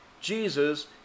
Jesus